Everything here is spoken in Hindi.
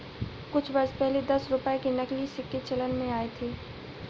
कुछ वर्ष पहले दस रुपये के नकली सिक्के चलन में आये थे